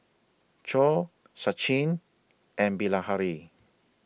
Choor Sachin and Bilahari